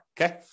okay